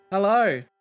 Hello